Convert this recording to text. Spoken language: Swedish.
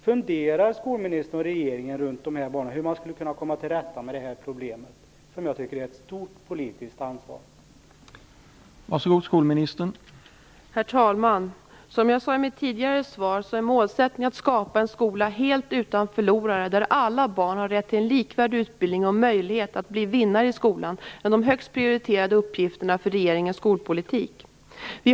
Funderar skolministern och regeringen i de här banorna, på hur man skulle kunna komma till rätta med detta problem, som jag tycker att regeringen har ett stort politiskt ansvar för?